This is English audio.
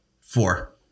Four